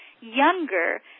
younger